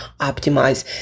optimize